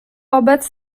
obec